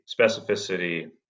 specificity